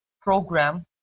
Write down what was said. program